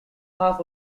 half